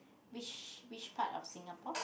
which which part of Singapore